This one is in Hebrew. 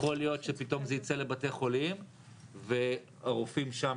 יכול להיות שפתאום זה יצא לבתי חולים והרופאים שם